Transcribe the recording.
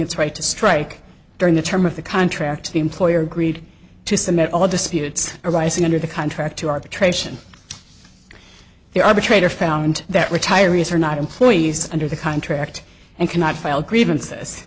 its right to strike during the term of the contract the employer agreed to submit all disputes arising under the contract to arbitration the arbitrator found that retirees are not employees under the contract and cannot file grievances